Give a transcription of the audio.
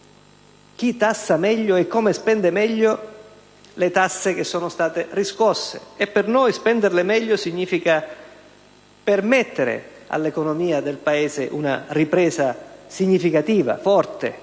chi tassa meglio e come spende meglio le tasse riscosse. Per noi, spenderle meglio significa permettere all'economia del Paese una ripresa significativa, forte,